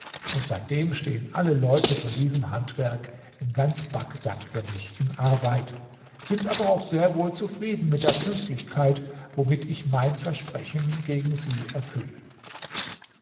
und seitdem stehen alle leute von diesem handwerk in ganz bagdad für mich in arbeit sind aber auch sehr wohl zufrieden mit der pünktlichkeit womit ich mein versprechen gegen sie erfülle